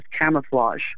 camouflage